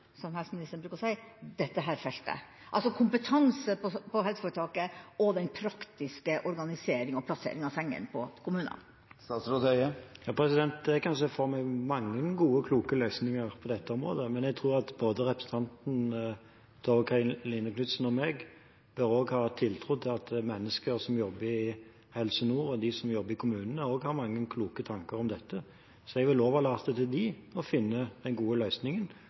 som helseministeren bruker å si, dette feltet? Altså: ansvaret for kompetanse på helseforetaket, og for den praktiske organisering og plassering av senga på kommunene? Jeg kan se for meg mange gode, kloke løsninger på dette området. Men jeg tror at både representanten Tove Karoline Knutsen og jeg bør ha tiltro til at mennesker som jobber i Helse Nord, og de som jobber i kommunene, også har mange kloke tanker om dette. Så jeg vil overlate til dem å finne den gode løsningen.